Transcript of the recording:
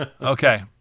Okay